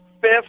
Fifth